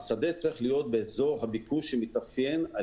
השדה צריך להיות באזור הביקוש שמתאפיין על